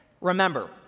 Remember